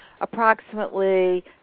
approximately